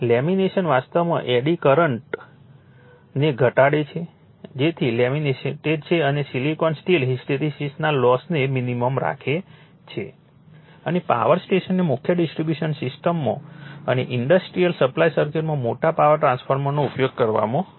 lamination વાસ્તવમાં eddy current ને ઘટાડે છે તેથી જ લેમિનેટેડ છે અને સિલિકોન સ્ટીલ હિસ્ટેરેસિસના લોસ ને મિનિમમ રાખે છે અને પાવર સ્ટેશનની મુખ્ય ડિસ્ટ્રબ્યૂશન સિસ્ટમમાં અને ઇંડસ્ટ્રીયલ સપ્લાય સર્કિટમાં મોટા પાવર ટ્રાન્સફોર્મર્સનો ઉપયોગ કરવામાં આવે છે